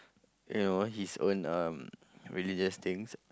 you know his own um religious things